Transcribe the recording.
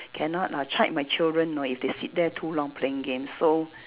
cannot uh check my children you know if they sit there too long playing games so